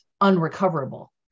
unrecoverable